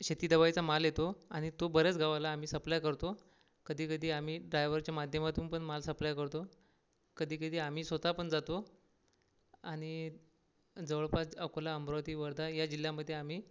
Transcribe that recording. शेती दवाईचा माल येतो आणि तो बऱ्याच गावाला आम्ही सप्लाय करतो कधीकधी आम्ही ड्रायवरच्या माध्यमातून पण माल सप्लाय करतो कधीकधी आम्ही स्वत पण जातो आणि जवळपास अकोला अमरावती वर्धा या जिल्ह्यामध्ये आम्ही